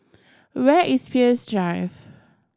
where is Peirce Drive